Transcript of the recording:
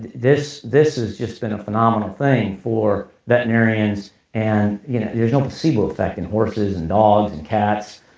this this has just been a phenomenal thing for veterinarians and you know there's no placebo effect in horses and dogs and cats.